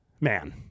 man